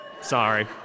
Sorry